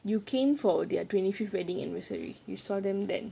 you came for their twenty fifth wedding anniversary you saw them then